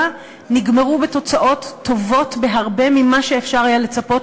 נגמרו בתוצאות טובות בהרבה ממה שאפשר היה לצפות.